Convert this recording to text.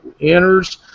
enters